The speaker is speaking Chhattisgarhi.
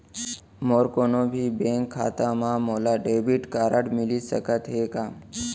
मोर कोनो भी बैंक खाता मा मोला डेबिट कारड मिलिस सकत हे का?